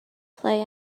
play